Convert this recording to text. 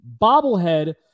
bobblehead